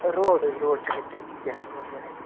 road حظ road connectivity کیٛاہ چھِ یِمَن جایَن